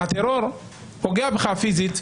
הטרור פוגע בך פיזית,